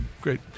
Great